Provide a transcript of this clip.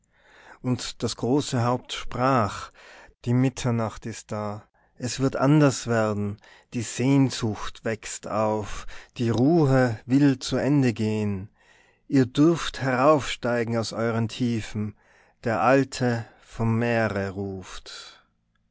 und das große haupt sprach die mitternacht ist da es wird anders werden die sehnsucht wächst auf die ruhe will zu ende gehen ihr dürft heraufsteigen aus euren tiefen der alte vom meere ruft